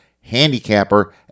handicapper